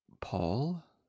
Paul